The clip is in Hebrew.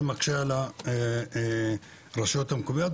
זה מקשה על הרשויות המקומיות.